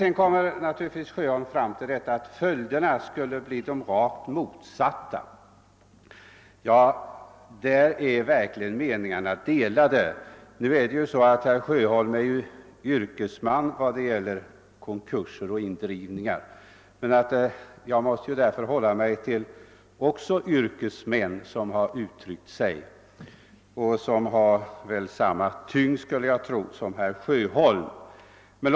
Sedan gör herr Sjöholm gällande, att följderna av ett bifall till reservationen skulle bli de rakt motsatta mot dem jag avser. På den punkten är verkligen meningarna delade. Herr Sjöholm är ju yrkesman i fråga om konkurser och indrivningar. Jag måste därför också hålla mig till yrkesmän som har yttrat sig. Jag skulle tro att deras ord bör ha samma tyngd som herr Sjöholms.